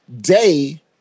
day